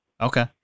Okay